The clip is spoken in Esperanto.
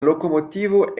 lokomotivo